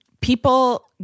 people